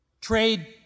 trade